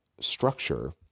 structure